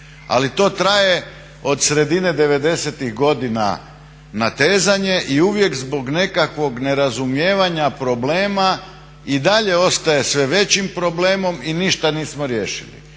Ali to traje od sredine '90.-ih godina natezanje i uvijek zbog nekakvog nerazumijevanja problema i dalje ostaje sve većim problemom i ništa nismo riješili.